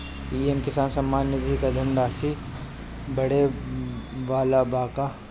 PM Kisan Samman Nidhi क धनराशि बढ़े वाला बा का?